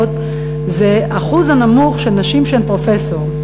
זה האחוז הנמוך של נשים שהן פרופסור.